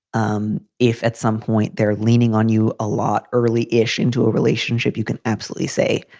um if at some point they're leaning on you a lot early ish into a relationship, you can absolutely say,